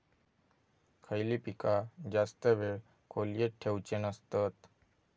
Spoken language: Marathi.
खयली पीका जास्त वेळ खोल्येत ठेवूचे नसतत?